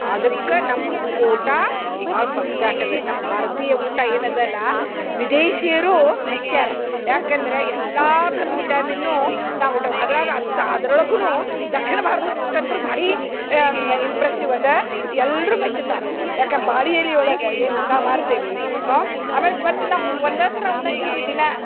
ಆದಕ್ಕೆ ನಮ್ಮ ಊಟ ಭಾಳ ಫಸ್ಟ್ ಕ್ಲಾಸ್ ಇರ್ಬೇಕು ನಮ್ಮ ಭಾರತೀಯ ಊಟ ಏನದಲ್ಲಾ ವಿದೇಶಿಯರು ಮೆಚ್ಯಾರ ಯಾಕಂದ್ರ ಎಲ್ಲಾ ಥರ್ದ ವಿಟಮಿನ್ನೂ ನಾವು ಊಟ ಅದ್ರಾಗ ಅತ್ತ ಅದ್ರೊಳಗುನು ದಕ್ಷಿಣ ಭಾರತದ ಊಟ ಅಂತ್ರು ಭಾರಿ ಇಂಪ್ರೆಸ್ಸಿವ್ ಅದ ಎಲ್ಲರೂ ಮೆಚ್ಚತಾರೆ ಯಾಕೆ ಬಾಳೆ ಎಲೆ ಒಳಗೆ ಏನು ಊಟ ಮಾಡ್ತೇವಿ ಆಮೇಲೆ ಮತ್ತು ನಾವು ಒಂದ ಥರ ಉಣ್ಣಂಗಿಲ್ರಿ ದಿನ